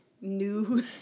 New